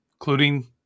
including